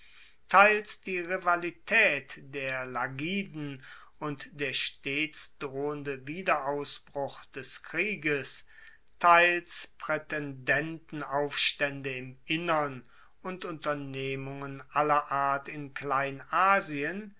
teils die rivalitaet der lagiden und der stets drohende wiederausbruch des krieges teils praetendentenaufstaende im innern und unternehmungen aller art in kleinasien